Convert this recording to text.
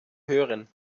hören